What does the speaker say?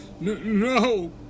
No